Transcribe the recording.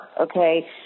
Okay